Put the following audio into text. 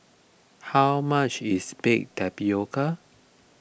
how much is Baked Tapioca